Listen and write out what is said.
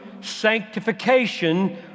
sanctification